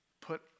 put